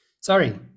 Sorry